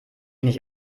nicht